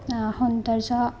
সৌন্দৰ্য্য